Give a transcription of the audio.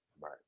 Right